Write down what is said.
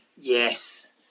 Yes